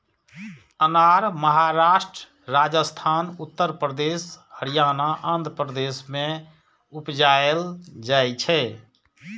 अनार महाराष्ट्र, राजस्थान, उत्तर प्रदेश, हरियाणा, आंध्र प्रदेश मे उपजाएल जाइ छै